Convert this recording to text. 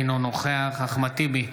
אינו נוכח אחמד טיבי,